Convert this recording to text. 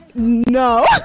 No